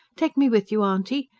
take me with you, auntie!